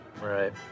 Right